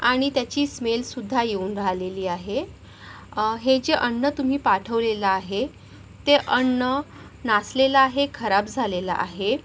आणि त्याची स्मेलसुद्धा येऊन राहिलेली आहे हे जे अन्न तुम्ही पाठवलेलं आहे ते अन्न नासलेलं आहे खराब झालेलं आहे